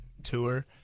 tour